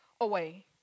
away